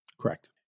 Correct